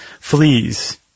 fleas